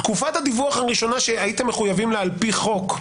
תקופת הדיווח הראשונה שהייתם מחויבים לה על פי חוק,